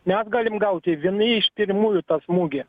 mes galim gauti viena iš pirmųjų tą smūgį